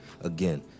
Again